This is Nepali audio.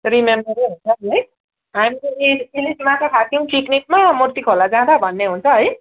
रिमेम्बरै हुन्छ है हामीहरूले इलिस माछा खाएको थियौँ पिकनिकमा मुर्ती खोला जाँदा भन्ने हुन्छ है